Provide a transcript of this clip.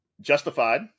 Justified